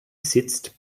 sitzt